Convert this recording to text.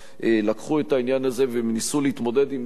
לקחו את העניין הזה והם ניסו להתמודד עם